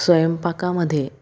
स्वयंपाकामध्ये